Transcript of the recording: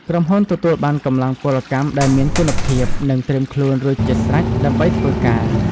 ក្រុមហ៊ុនទទួលបានកម្លាំងពលកម្មដែលមានគុណភាព និងត្រៀមខ្លួនរួចជាស្រេចដើម្បីធ្វើការ។